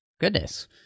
Goodness